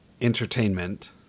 entertainment